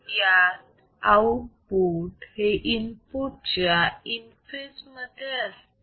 यात आउटपुट हे इनपुट च्या इन फेज मध्ये असते